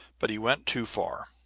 but he went too far.